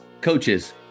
Coaches